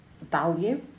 Value